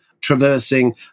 traversing